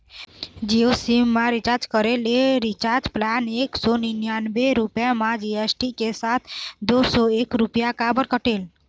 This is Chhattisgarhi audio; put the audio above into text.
जियो सिम मा रिचार्ज करे ले रिचार्ज प्लान एक सौ निन्यानबे रुपए मा जी.एस.टी के साथ दो सौ एक रुपया काबर कटेल?